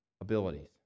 abilities